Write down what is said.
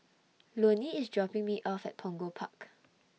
Loney IS dropping Me off At Punggol Park